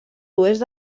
oest